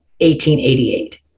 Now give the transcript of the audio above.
1888